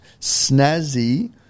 Snazzy